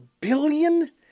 billion